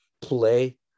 play